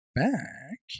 back